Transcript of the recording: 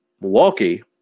Milwaukee